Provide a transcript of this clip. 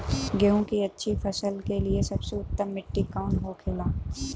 गेहूँ की अच्छी फसल के लिए सबसे उत्तम मिट्टी कौन होखे ला?